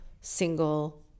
single